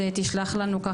תשלח לנו,